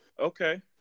Okay